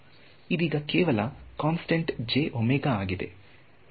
ಇದೀಗ ಕೇವಲ constant j w ಆಗಿದೆ